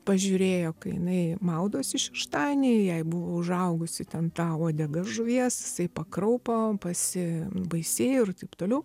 pažiūrėjo kai jinai maudosi šeštanį jai buvo užaugusi ten ta uodega žuvies jisai pakraupo pasibaisėjo ir taip toliau